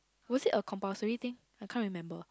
was it a compulsory thing I can't remember